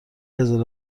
قزل